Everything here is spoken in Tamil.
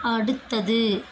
அடுத்தது